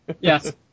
Yes